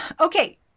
Okay